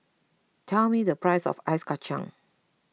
tell me the price of Ice Kachang